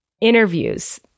interviews